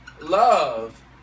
love